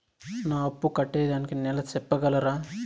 నా అప్పు కట్టేదానికి నెల సెప్పగలరా?